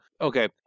okay